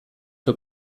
der